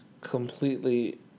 completely